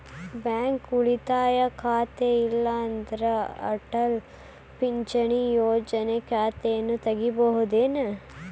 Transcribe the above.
Bank ಉಳಿತಾಯ ಖಾತೆ ಇರ್ಲಾರ್ದ ಅಟಲ್ ಪಿಂಚಣಿ ಯೋಜನೆ ಖಾತೆಯನ್ನು ತೆಗಿಬಹುದೇನು?